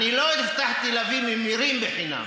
אני לא הבטחתי להביא ממירים בחינם.